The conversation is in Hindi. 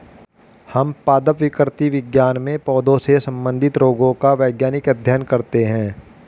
हम पादप विकृति विज्ञान में पौधों से संबंधित रोगों का वैज्ञानिक अध्ययन करते हैं